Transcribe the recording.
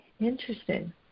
Interesting